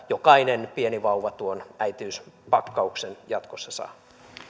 jokainen pieni vauva tuon äitiyspakkauksen jatkossa saa